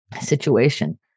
situation